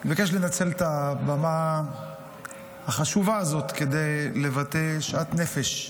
אני מבקש לנצל את הבמה החשובה הזאת כדי לבטא שאט נפש.